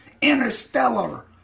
interstellar